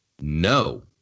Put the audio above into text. No